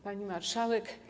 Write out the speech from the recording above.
Pani Marszałek!